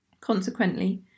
Consequently